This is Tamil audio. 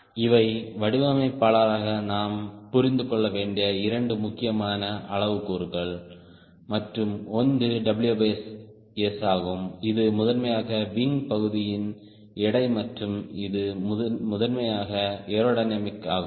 இவை வடிவமைப்பாளராக நாம் புரிந்து கொள்ள வேண்டிய 2 முக்கியமான அளவுருக்கள் மற்றும் ஒன்று WS ஆகும் இது முதன்மையாக விங் பகுதியின் எடை மற்றும் இது முதன்மையாக ஏரோடைனமிக் ஆகும்